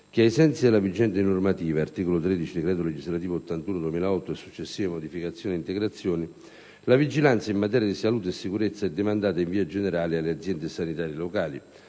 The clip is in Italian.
che, ai sensi della vigente normativa (articolo 13 del decreto legislativo n. 81 del 2008, e successive modificazioni ed integrazioni), la vigilanza in materia di salute e sicurezza è demandata, in via generale, alle aziende sanitarie locali